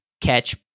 catch